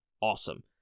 awesome